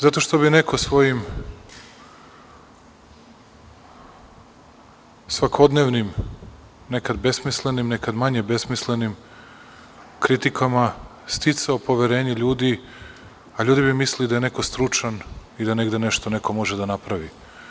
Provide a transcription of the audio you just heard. Zato što bi neko svojim svakodnevnim, nekad besmislenim, nekad manje besmislenim kritikama sticao poverenje ljudi, a ljudi bi mislili da je neko stručan i da negde nešto neko može da napravi.